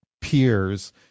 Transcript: peers